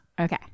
Okay